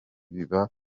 biba